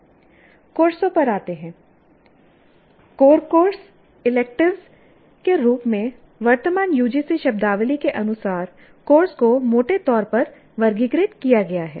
कोर्सों पर आते हैं कोर कोर्स इलेक्टिव्स के रूप में वर्तमान UGC शब्दावली के अनुसार कोर्स को मोटे तौर पर वर्गीकृत किया गया है